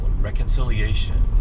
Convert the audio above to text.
Reconciliation